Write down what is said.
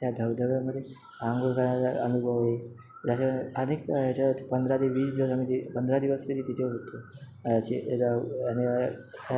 त्या धबधब्यामधे अंघोळ करण्याचा अनुभव हे हेच्या अनेक याच्या पंधरा ते वीस दिवस आम्ही ती पंधरा दिवस तरी तिथे होतो अशी